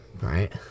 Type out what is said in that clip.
right